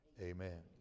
amen